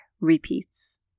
Repeats